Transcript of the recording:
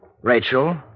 Rachel